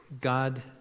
God